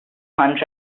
hunt